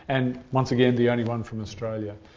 and once again, the only one from australia.